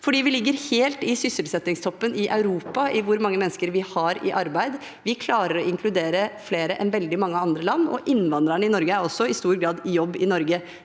jobb. Vi ligger helt i sysselsettingstoppen i Europa når det gjelder hvor mange mennesker vi har i arbeid. Vi klarer å inkludere flere enn veldig mange andre land, og innvandrerne i Norge er også i stor grad i jobb i Norge.